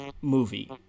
movie